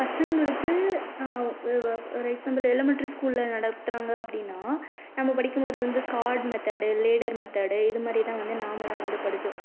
பசங்களுக்கு ஒரு example elementary ஸ்கூலில் நடத்துகிறாங்க அப்படின்னா நம்ம படிக்கும்போது வந்து கார்ட் மெத்தடு லீடர் மெத்தடு இது மாதிரி தான் வந்து நாமெல்லாம் வந்து படித்தோம்